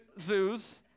zoos